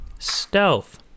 Stealth